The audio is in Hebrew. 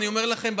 אני אומר לכם,